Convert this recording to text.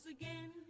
again